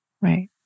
Right